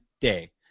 day